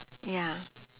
ya